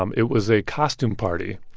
um it was a costume party.